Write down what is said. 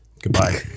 Goodbye